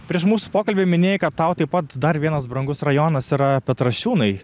prieš mūsų pokalbį minėjai kad tau taip pat dar vienas brangus rajonas yra petrašiūnai